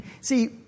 See